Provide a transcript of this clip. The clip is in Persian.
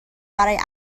برای